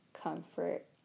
comfort